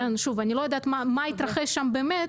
שוב, אני לא יודעת מה התרחש שם באמת,